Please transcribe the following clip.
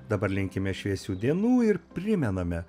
dabar linkime šviesių dienų ir primename